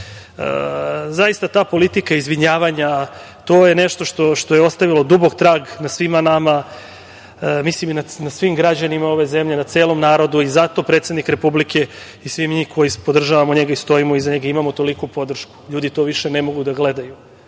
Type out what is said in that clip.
ali. Zaista, ta politika izvinjavanja, to je nešto što je ostavilo dubok trag na svima nama, mislim i na svim građanima ove zemlje, na celom narodu i zato predsednik Republike i svi mi koji podržavamo njega i stojimo iza njega i imamo toliku podršku. Ljudi to više ne mogu da